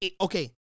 Okay